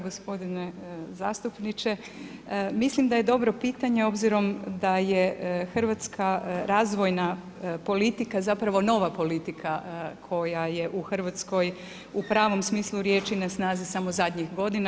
Gospodine zastupniče, mislim da je dobro pitanje obzirom da je Hrvatska razvojna politika, zapravo nova politika koja je u Hrvatskoj u pravom smislu riječi na snazi samo zadnji godina.